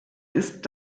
ist